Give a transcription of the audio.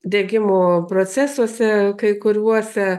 degimo procesuose kai kuriuose